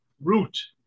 root